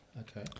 okay